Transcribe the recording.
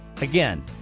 Again